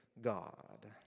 God